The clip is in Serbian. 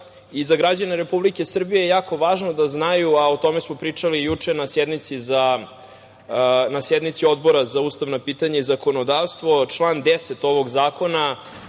Za građane Republike Srbije je jako važno da znaju, a o tome smo pričali juče na sednici Odbora za ustavna pitanja i zakonodavstvo, član 10. ovog zakona